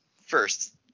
first